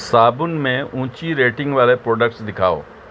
صابن میں اونچی ریٹنگ والے پروڈکٹس دکھاؤ